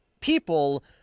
people